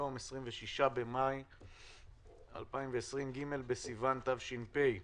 היום ה-26 במאי 2020, ג' בסיוון התש"ף.